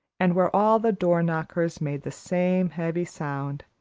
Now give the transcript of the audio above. and where all the door-knockers made the same heavy sound,